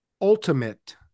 ultimate